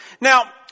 Now